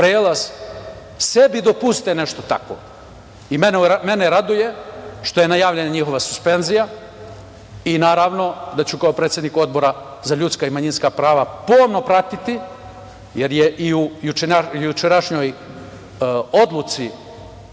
prelaze, sebi dopuste nešto tako. Raduje me što je najavljena njihova suspenzija i naravno da ću kao predsednik Odbora za ljudska i manjinska prava pomno pratiti, jer je i u jučerašnjoj odluci